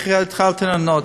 התחלתי לענות.